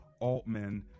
Altman